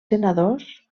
senadors